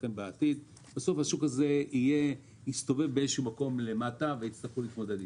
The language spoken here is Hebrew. השוק הזה יסתובב באיזה שהוא מקום למטה ויצטרכו להתמודד איתו.